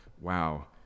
wow